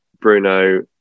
Bruno